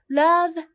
love